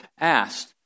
asked